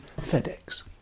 FedEx